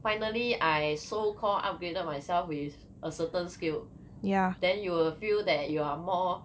finally I so called upgraded myself with a certain skill then you will feel that you are more